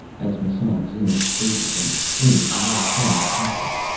as massan's image faded from the screen, leoh turned to hector.